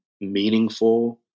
meaningful